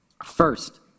First